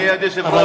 אדוני היושב-ראש,